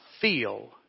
feel